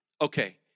Okay